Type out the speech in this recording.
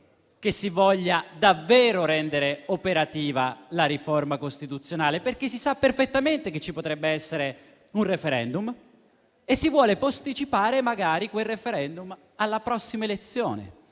che si voglia davvero rendere operativa la riforma costituzionale, perché si sa perfettamente che ci potrebbe essere un *referendum* e magari si vuole posticipare quel *referendum* alle prossime elezioni.